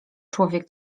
człowiek